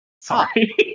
Sorry